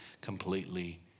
completely